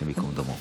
השם ייקום דמו.